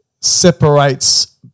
separates